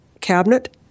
cabinet